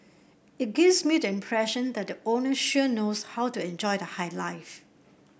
it gives me the impression that the owner sure knows how to enjoy the high life